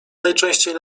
najczęściej